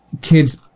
kids